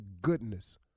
goodness